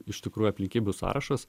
iš tikrųjų aplinkybių sąrašas